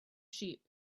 sheep